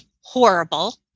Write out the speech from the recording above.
horrible